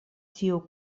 tiu